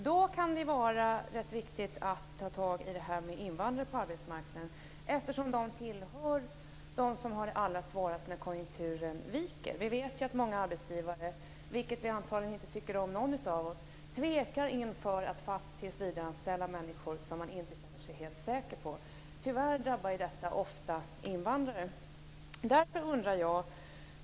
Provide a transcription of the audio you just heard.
Då kan det vara viktigt att ta tag i frågan om invandrare på arbetsmarknaden eftersom de tillhör dem som har det allra svårast när konjunkturen viker. Vi vet att många arbetsgivare - vilket antagligen ingen av oss tycker om - tvekar inför att tillsvidareanställa människor som de inte känner sig helt säkra på. Tyvärr drabbar detta ofta invandrare.